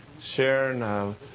Sharon